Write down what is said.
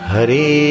Hari